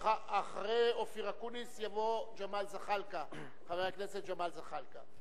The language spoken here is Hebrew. אחרי אופיר אקוניס יבוא חבר הכנסת ג'מאל זחאלקה.